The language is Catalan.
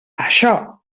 això